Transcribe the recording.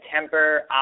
temper